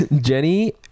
Jenny